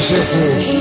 Jesus